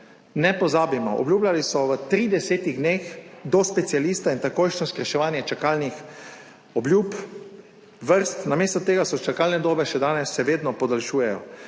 Ne pozabimo, obljubljali so: v tridesetih dneh do specialista in takojšnje skrajševanje čakalnih vrst. Namesto tega se čakalne dobe danes še podaljšujejo.